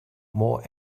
more